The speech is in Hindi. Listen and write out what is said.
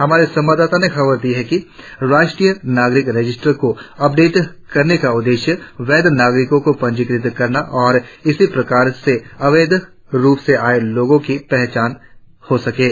हमारे संवाददाता ने खबर दी है कि राष्ट्रीय नागरिक रजिस्टर को अपडेट करने का उद्देश्य वैध नागरिको को पंजीकृत करना है और इसी प्रक्रिया में अवैध रुप से आए लोगों की पहचान हो सकेगी